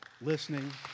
listening